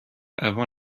avant